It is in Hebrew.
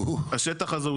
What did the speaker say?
השטח הזה,